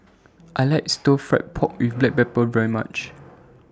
I like Stir Fried Pork with Black Pepper very much